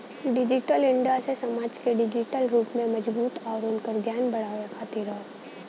digital India से समाज के डिजिटल रूप से मजबूत आउर उनकर ज्ञान बढ़ावे खातिर हौ